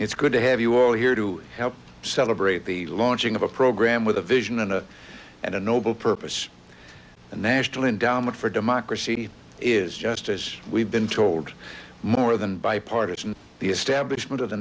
it's good to have you all here to help celebrate the launching of a program with a vision and a noble purpose and national endowment for democracy is just as we've been told more than bipartisan the establishment of the